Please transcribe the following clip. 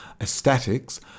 aesthetics